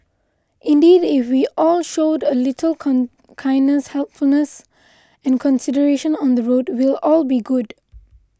indeed if we all showed a little kindness helpfulness and consideration on the road we'll all be good